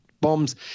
bombs